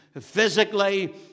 physically